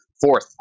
fourth